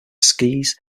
skis